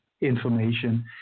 information